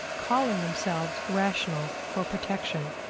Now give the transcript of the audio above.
calling themselves rational for protection.